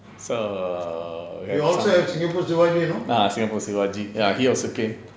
so ah singapore sivaji ya he also came